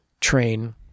train